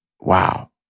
Wow